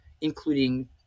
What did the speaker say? including